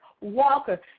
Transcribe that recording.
walker